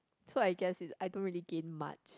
so I guess it's I don't really gain much